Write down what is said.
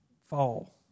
fall